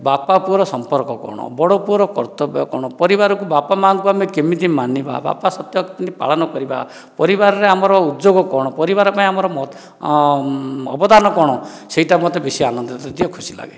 ବାପା ପୁଅର ସମ୍ପର୍କ କ'ଣ ବଡ଼ ପୁଅର କର୍ତ୍ତବ୍ୟ କ'ଣ ପରିବାରକୁ ବାପା ମାଙ୍କୁ ଆମେ କେମିତି ମାନିବା ବାପା ସତ୍ୟ କେମିତି ପାଳନ କରିବା ପରିବାରରେ ଆମର ଉଦ୍ଯୋଗ କ'ଣ ପରିବାର ପାଇଁ ଅବଦାନ କ'ଣ ସେହିଟା ମୋତେ ବେଶୀ ଆନନ୍ଦ ଦିଏ ଖୁସି ଲାଗେ